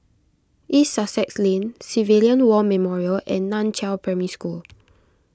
East Sussex Lane Civilian War Memorial and Nan Chiau Primary School